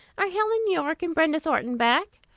are helen yorke and brenda thornton back?